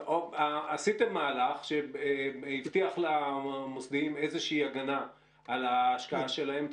עשיתם מהלך שהבטיח למוסדיים איזושהי הגנה על ההשקעה שלהם.